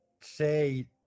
say